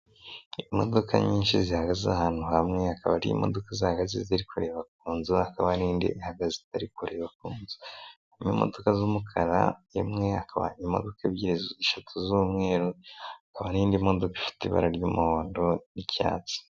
Imodoka nyinshi zihagaze ahantu hamwe hakaba ari imodoka zihagaze ziri kureba ku nzu hakaba n'indi ihagazeri itari kureba ku nzu imodoka z'umukara imweba imodokake ebyiri, eshatu z'umweru hakaba n'indi modoka ifite ibara ry'umuhondo n'icyatsi.